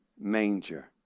manger